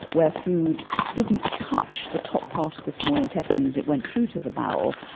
where food didn't touch the top part of the small intestine as it went through to the bowe,